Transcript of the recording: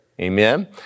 Amen